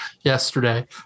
yesterday